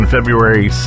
February